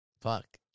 fuck